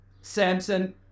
Samson